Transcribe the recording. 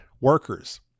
workers